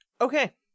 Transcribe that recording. Okay